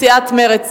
לסיעת מרצ,